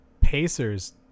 pacers